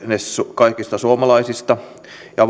kaikista suomalaista ja